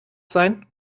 sein